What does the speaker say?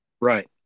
Right